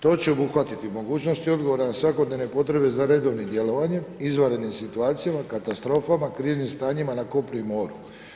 To će obuhvati mogućnosti odgovora na svakodnevne potrebe za redovnim djelovanjem, izvanrednim situacijama, katastrofama, kriznim stanjima na kopnu i moru.